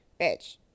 bitch